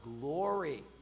glory